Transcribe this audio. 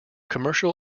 commercial